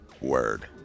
word